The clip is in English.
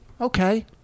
okay